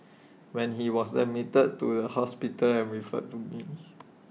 when he was admitted to the hospital and referred to me